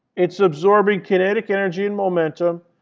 it's absorbing kinetic energy and momentum.